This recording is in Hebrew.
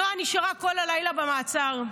נועה נשארה כל הלילה במעצר.